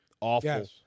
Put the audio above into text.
Awful